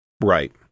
Right